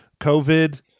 covid